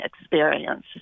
experience